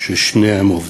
כששניהם עובדים.